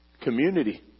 Community